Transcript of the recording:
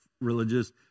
religious